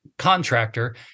contractor